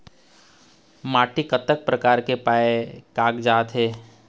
माटी कतक प्रकार के पाये कागजात हे?